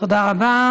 תודה רבה.